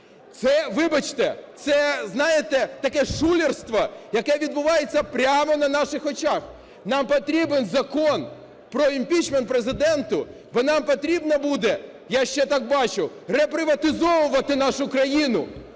Це, вибачте, це, знаєте, таке шулерство, яке відбувається прямо на наших очах. Нам потрібен Закон про імпічмент Президенту, бо нам потрібно буде, я ще так бачу, реприватизовувати нашу країну,